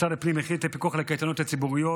משרד הפנים יחיל את הפיקוח על הקייטנות הציבוריות.